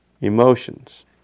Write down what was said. emotions